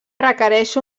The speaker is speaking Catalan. requereix